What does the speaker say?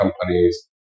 companies